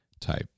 type